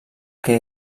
que